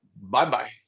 bye-bye